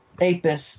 Apis